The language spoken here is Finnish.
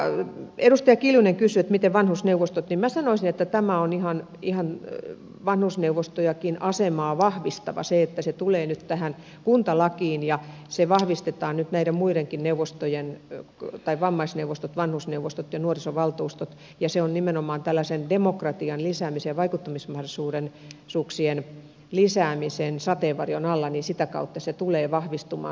kun edustaja kiljunen kysyi vanhusneuvostoista niin minä sanoisin että tämä on ihan vanhusneuvostojenkin asemaa vahvistava se että se tulee nyt tähän kuntalakiin ja siinä vahvistetaan nyt näiden neuvostojen asema vammaisneuvostojen vanhusneuvostojen ja nuorisovaltuustojen ja se on nimenomaan demokratian lisäämisen ja vaikuttamismahdollisuuksien lisäämisen sateenvarjon alla ja sitä kautta se asema tulee vahvistumaan